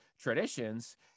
traditions